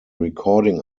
recording